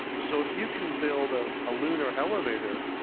so if you can build ah a lunar elevator,